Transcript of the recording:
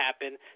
happen